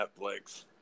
Netflix